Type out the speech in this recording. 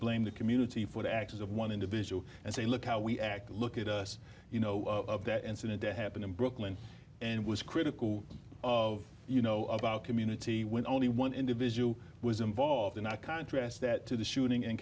blame the community for the actions of one individual and say look how we act look at us you know of that incident that happened in brooklyn and was critical of you know about community when only one individual was involved and i contrast that to the shooting in